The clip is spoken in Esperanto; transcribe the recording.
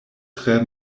tre